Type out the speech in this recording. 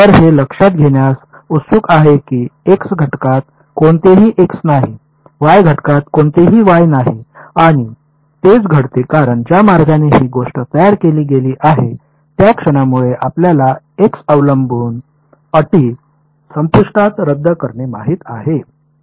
तर हे लक्षात घेण्यास उत्सुक आहे की एक्स घटकात कोणतेही एक्स नाही वाई घटकात कोणतेही वाई नाही आणि तेच घडते कारण ज्या मार्गाने ही गोष्ट तयार केली गेली आहे त्या क्षणामुळे आपल्याला एक्स अवलंबून अटी संपुष्टात रद्द करणे माहित आहे